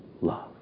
love